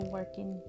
working